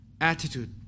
attitude